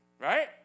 right